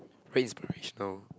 pretty inspirational